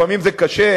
לפעמים זה קשה,